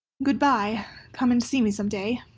good-bye come and see me some day,